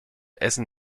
essen